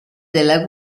della